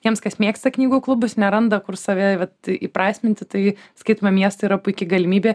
tiems kas mėgsta knygų klubus neranda kur save vat įprasminti tai skaitome miestą yra puiki galimybė